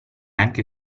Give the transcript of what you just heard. anche